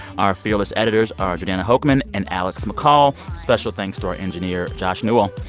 our fearless editors are jordana hochman and alex mccall. special thanks to our engineer josh newell.